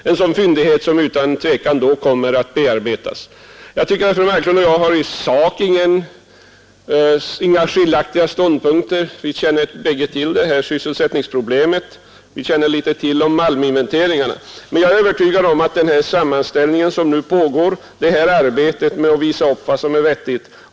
En sådan fyndighet kommer utan tvekan att bearbetas. Fru Marklund och jag har inte skiljaktiga ståndpunkter i sak. Vi känner båda till sysselsättningsproblemet, och vi känner till litet om malminvesteringarna. Det pågår en sammanställning — ett arbete med att visa upp vad som är vettigt.